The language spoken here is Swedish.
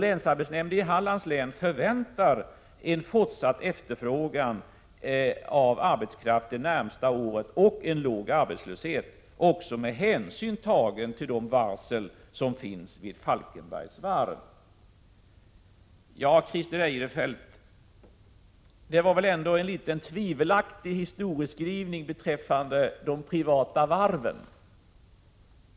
Länsarbetsnämnden i Hallands län förväntar också en fortsatt efterfrågan av arbetskraft under det närmaste året och en låg arbetslöshet, också med hänsyn tagen till de varsel som lagts vid Falkenbergs Varv. Christer Eirefelt gjorde väl en rätt tvivelaktig historieskrivning beträffande de privata varven.